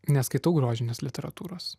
neskaitau grožinės literatūros